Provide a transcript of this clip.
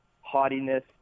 haughtiness